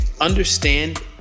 Understand